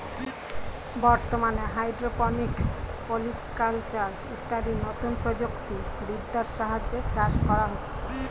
বর্তমানে hydroponics, polyculture ইত্যাদি নতুন প্রযুক্তি বিদ্যার সাহায্যে চাষ করা হচ্ছে